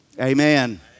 Amen